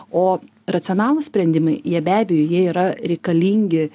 o racionalūs sprendimai jie be abejo jie yra reikalingi